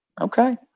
Okay